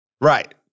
Right